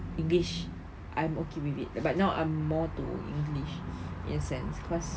language I am okay with it but I'm more to english in a sense cause